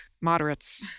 Moderates